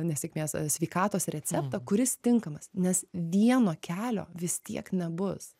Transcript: ne sėkmės sveikatos receptą kuris tinkamas nes vieno kelio vis tiek nebus